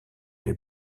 les